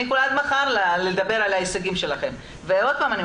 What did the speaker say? אני יכולה עד מחר לדבר על ההישגים שלכם ועוד פעם,